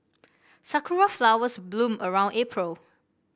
sakura flowers bloom around April